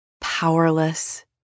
powerless